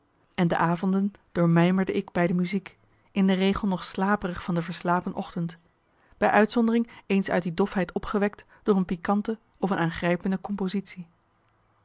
en de avonden doormijmerde ik bij de muziek in de regel nog slaperig van de verslapen ochtend bij uitzondering eens uit die dofheid opgewekt door een pikante of een aangrijpende compositie